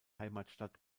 heimatstadt